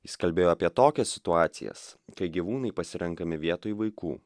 jis kalbėjo apie tokias situacijas kai gyvūnai pasirenkami vietoj vaikų